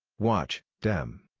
watch dem.